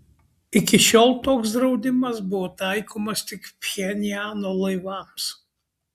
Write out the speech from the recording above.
iki šiol toks draudimas buvo taikomas tik pchenjano laivams